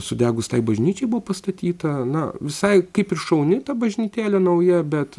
sudegus tai bažnyčiai buvo pastatyta na visai kaip ir šauni ta bažnytėlė nauja bet